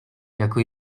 jako